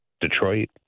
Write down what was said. Detroit